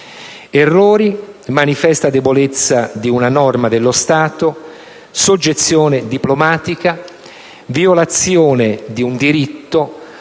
Errori, manifesta debolezza di una norma dello Stato, soggezione diplomatica, violazione di un diritto,